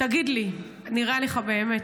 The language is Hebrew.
תגיד לי, נראה לך באמת?